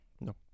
No